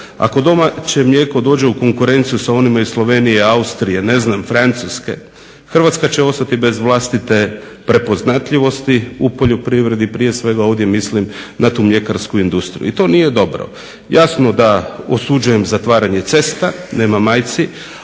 ako domaće mlijeko dođe u konkurenciju s onima iz Slovenije, Austrije, Francuska, Hrvatska će ostati bez vlastite prepoznatljivosti u poljoprivredi, prije svega ovdje mislim na tu mljekarsku industriju. I to nije dobro. Jasno da osuđujem zatvaranje cesta, nema majci,